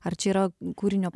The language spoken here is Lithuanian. ar čia yra kūrinio